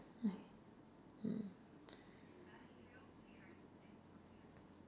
!aiyo! mm